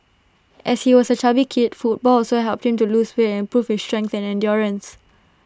as he was A chubby kid football also helped him to lose weight and improve his strength and endurance